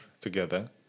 together